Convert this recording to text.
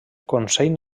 consell